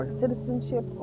citizenship